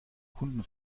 kunden